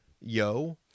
yo